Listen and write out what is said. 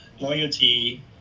loyalty